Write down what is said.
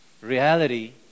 reality